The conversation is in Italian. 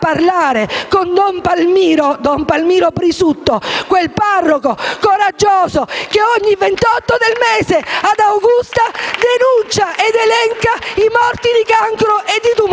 con don Palmiro Prisutto, quel parroco coraggioso che ogni 28 del mese ad Augusta denuncia ed elenca i morti di cancro e di tumore.